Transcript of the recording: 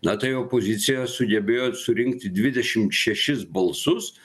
na tai opozicija sugebėjo surinkti dvidešimt šešis balsus